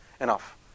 enough